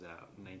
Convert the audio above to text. out